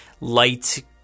light